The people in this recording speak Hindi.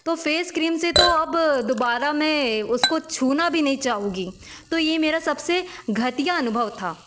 तो फेस क्रीम से तो अब दुबारा मैं उसको छुना भी नहीं चाहूँगी तो यह मेरा सबसे घटिया अनुभव था